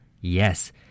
Yes